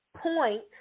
point